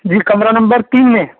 जी कमरा नंबर तीन में